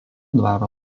dvaro